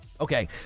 Okay